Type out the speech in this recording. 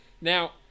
Now